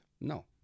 No